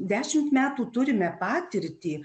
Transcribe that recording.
dešimt metų turime patirtį